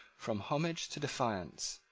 from homage to defiance,